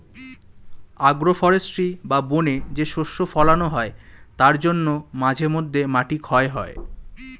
agro forestry বা বনে যে শস্য ফোলানো হয় তার জন্য মাঝে মধ্যে মাটি ক্ষয় হয়